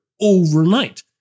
overnight